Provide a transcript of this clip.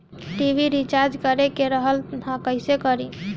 TV recharge करे के रहल ह कइसे करी?